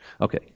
Okay